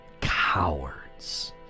cowards